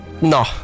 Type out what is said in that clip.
no